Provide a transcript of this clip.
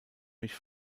mich